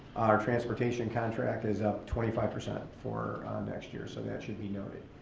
our transportation contract is up twenty five percent for next year, so that should be noted.